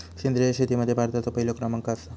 सेंद्रिय शेतीमध्ये भारताचो पहिलो क्रमांक आसा